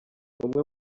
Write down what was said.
umwe